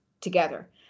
together